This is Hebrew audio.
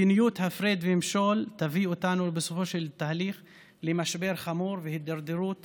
מדיניות הפרד ומשול תביא אותנו בסופו של התהליך למשבר חמור ולהידרדרות